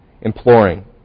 imploring